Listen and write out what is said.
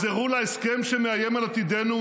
יחזרו להסכם שמאיים על עתידנו,